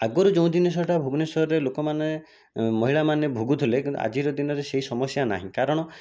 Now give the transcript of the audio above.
ଆଗରୁ ଯେଉଁ ଜିନିଷଟା ଭୁବନେଶ୍ଵରରେ ଲୋକମାନେ ମହିଳାମାନେ ଭୋଗୁଥିଲେ କିନ୍ତୁ ଆଜିର ଦିନରେ ସେହି ସମସ୍ୟା ନାହିଁ କାରଣ